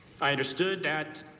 i understood that,